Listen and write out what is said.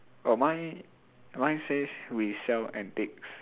oh mine mine says we sell antiques